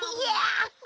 yeah!